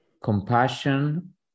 Compassion